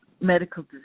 medical